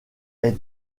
est